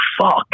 fuck